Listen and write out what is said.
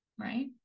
right